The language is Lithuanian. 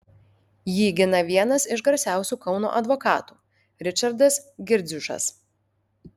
jį gina vienas iš garsiausių kauno advokatų ričardas girdziušas